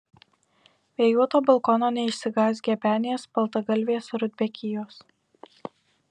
vėjuoto balkono neišsigąs gebenės baltagalvės rudbekijos